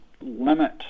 limit